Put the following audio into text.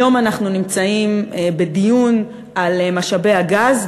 היום אנחנו נמצאים בדיון על משאבי הגז,